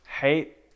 hate